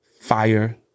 Fire